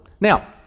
Now